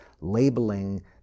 labeling